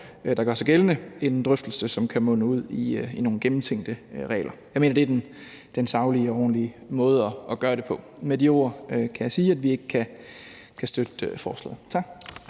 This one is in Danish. der gør sig gældende – en drøftelse, som kan munde ud i nogle gennemtænkte regler. Jeg mener, at det er den saglige og ordentlige måde at gøre det på. Med de ord kan jeg sige, at vi ikke kan støtte forslaget. Tak.